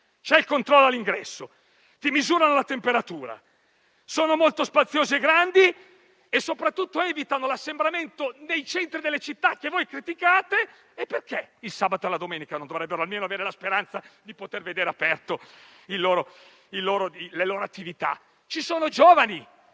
c'è il controllo all'ingresso, si misura la temperatura, sono molto spaziosi e grandi e soprattutto evitano l'assembramento nei centri delle città che voi criticate. Perché il sabato e la domenica non dovrebbero almeno avere la speranza di poter vedere aperte le loro attività? Ci sono giovani,